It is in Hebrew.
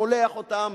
שולח אותם,